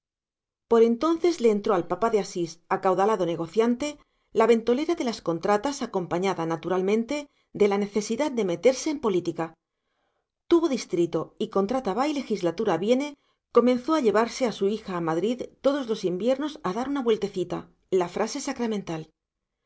por entonces le entró al papá de asís acaudalado negociante la ventolera de las contratas acompañada naturalmente de la necesidad de meterse en política tuvo distrito y contrata va y legislatura viene comenzó a llevarse a su hija a madrid todos los inviernos a dar una vueltecita la frase sacramental